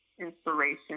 inspiration